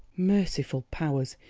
merciful powers!